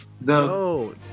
No